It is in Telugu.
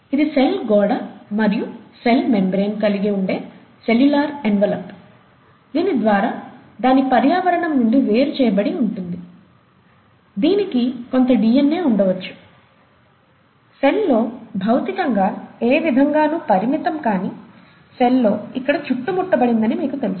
ఇది సెల్ గోడ మరియు సెల్ మెంబ్రేన్ కలిగి ఉండే సెల్యులార్ ఎన్వలప్ ద్వారా దాని పర్యావరణం నుండి వేరుచేయబడి ఉంటుంది దీనికి కొంత డిఎన్ఎ ఉండవచ్చు సెల్ లో భౌతికంగా ఏ విధంగానూ పరిమితం కాని సెల్లో ఇక్కడ చుట్టుముట్టబడిందని మీకు తెలుసు